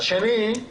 הנושא השני הוא